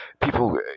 people